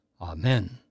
Amen